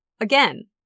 again